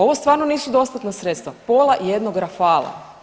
Ovo stvarno nisu dostatna sredstva, pola jednog Rafale.